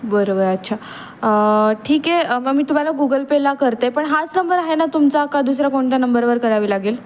बरं बरं अच्छा ठीक आहे मग मी तुम्हाला गुगल पेला करते पण हाच नंबर आहे ना तुमचा का दुसरा कोणत्या नंबरवर करावे लागेल